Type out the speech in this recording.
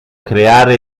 creare